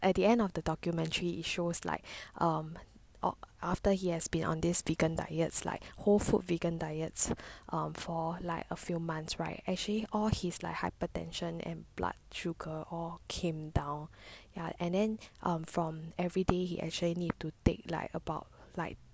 at the end of the documentary it shows like um after he has been on this vegan diets like whole food vegan diet um for like a few months right actually all his like hypertension and blood sugar all came down ya and then um from everyday he actually need to take like about like